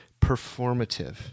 performative